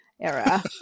era